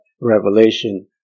revelation